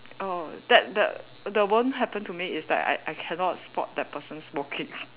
oh that that the one happened to me is that I I cannot spot the person smoking